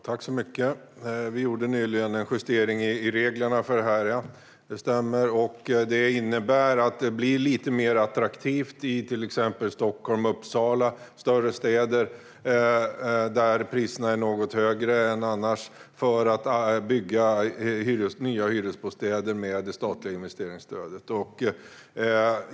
Herr talman! Vi gjorde nyligen en justering av reglerna för detta - det stämmer. Detta innebär att det blir lite mer attraktivt att bygga nya hyresrätter med det statliga investeringsstödet, till exempel i Stockholm, Uppsala och större städer, där priserna är något högre än annars.